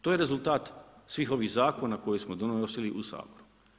To je rezultat svih ovih zakona koje smo donosili u Saboru.